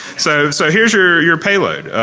so so here is your your pay load.